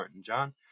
John